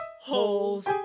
holes